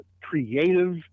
creative